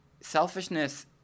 Selfishness